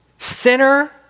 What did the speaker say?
Sinner